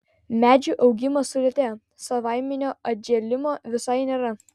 medžių augimas sulėtėja savaiminio atžėlimo visai nėra